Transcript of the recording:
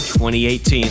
2018